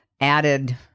added